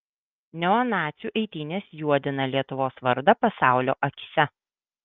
neonacių eitynės juodina lietuvos vardą pasaulio akyse